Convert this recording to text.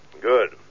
Good